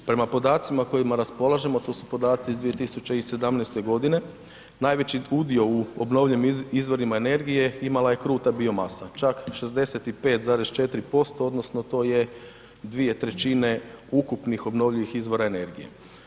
Prema podacima kojima raspolažemo, to su podaci iz 2017. g., najveći udio u obnovljivim izvorima energije imala je kruta biomasa, čak 65,4% odnosno to je 2/3 ukupnih obnovljivih izvora energije.